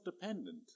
dependent